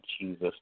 Jesus